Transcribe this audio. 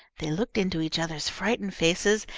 they looked into each other's frightened faces,